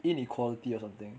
inequality or something